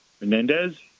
Menendez